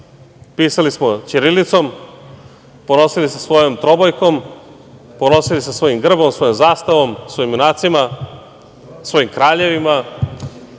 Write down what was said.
Pisali smo ćirilicom, ponosili se svojom trobojkom, ponosili se svojim grbom, svojom zastavom, svojim junacima, svojim kraljevima,